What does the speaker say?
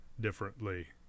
differently